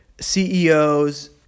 CEOs